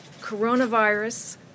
coronavirus